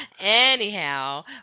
Anyhow